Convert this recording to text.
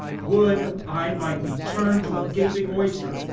would i might be turned to a gaping oyster,